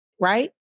right